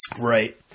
Right